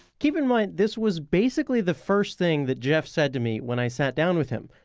keep in mind this was basically the first thing that jef said to me when i sat down with him,